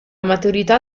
maturità